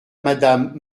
madame